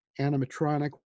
animatronic